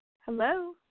Hello